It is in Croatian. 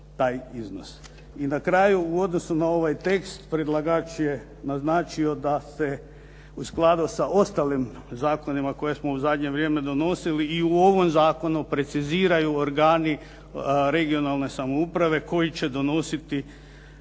I na kraju u odnosu na ovaj tekst predlagač je naznačio da se u skladu sa ostalim zakonima koje smo u zadnje vrijeme donosili i u ovom zakonu preciziraju organi regionalne samouprave koji će donositi,